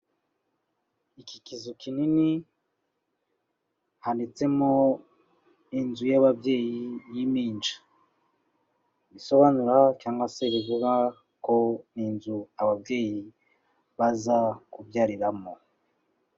Iki kizu kinini, handitsemo inzu y'ababyeyi y'impinja, bisobanura cyangwa se bivuga ko ni inzu ababyeyi baza kubyariramo.